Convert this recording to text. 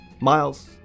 Miles